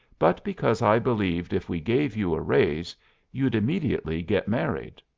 but because i believed if we gave you a raise you'd immediately get married.